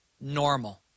normal